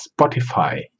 Spotify